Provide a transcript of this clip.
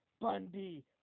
Bundy